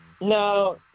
No